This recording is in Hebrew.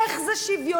איך זה שוויוני?